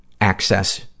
access